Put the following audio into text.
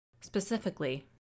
specifically